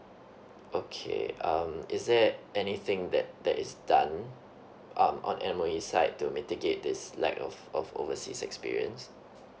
okay um is there anything that that is done um on M_O_E side to mitigate this lack of of overseas experience